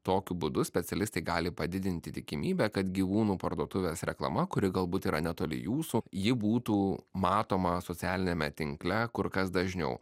tokiu būdu specialistai gali padidinti tikimybę kad gyvūnų parduotuvės reklama kuri galbūt yra netoli jūsų ji būtų matoma socialiniame tinkle kur kas dažniau